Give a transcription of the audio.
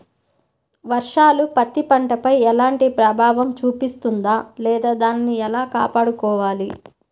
వర్షాలు పత్తి పంటపై ఎలాంటి ప్రభావం చూపిస్తుంద లేదా దానిని ఎలా కాపాడుకోవాలి?